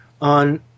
on